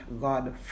God